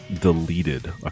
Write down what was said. deleted